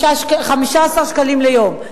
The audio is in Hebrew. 15 שקלים ליום.